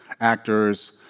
actors